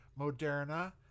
Moderna